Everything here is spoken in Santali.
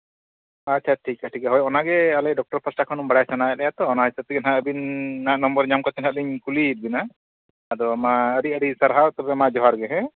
ᱟᱪᱪᱷᱟ ᱟᱪᱪᱷᱟ ᱴᱷᱤᱠᱼᱟ ᱴᱷᱤᱠᱟ ᱦᱳᱭ ᱚᱱᱟᱜᱮ ᱟᱞᱮ ᱰᱚᱠᱴᱚᱨ ᱯᱟᱦᱴᱟ ᱠᱷᱚᱱ ᱵᱟᱲᱟᱭ ᱥᱟᱱᱟᱭᱮᱫ ᱞᱮᱭᱟ ᱛᱚ ᱚᱱᱟ ᱦᱤᱥᱟᱹᱵᱽ ᱛᱮᱜᱮ ᱦᱟᱸᱜ ᱟᱹᱵᱤᱱᱟᱜ ᱱᱚᱢᱵᱚᱨ ᱧᱟᱢ ᱠᱟᱛᱮᱫ ᱦᱟᱸᱜ ᱞᱤᱧ ᱠᱩᱞᱤᱭᱮᱫ ᱵᱤᱱᱟ ᱟᱫᱚ ᱢᱟ ᱟᱹᱰᱤ ᱟᱹᱰᱤ ᱥᱟᱨᱦᱟᱣ ᱛᱚᱵᱮ ᱢᱟ ᱡᱚᱦᱟᱨᱜᱮ ᱦᱮᱸ